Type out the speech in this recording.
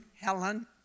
Helen